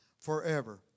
Forever